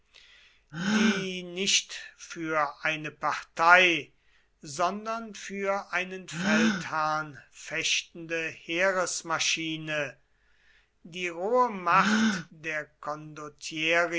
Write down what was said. die nicht für eine partei sondern für einen feldherrn fechtende heeresmaschine die rohe macht der